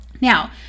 Now